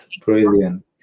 Brilliant